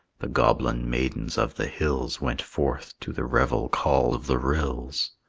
the goblin maidens of the hills went forth to the revel-call of the rills.